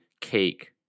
cake